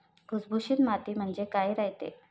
भुसभुशीत माती म्हणजे काय रायते?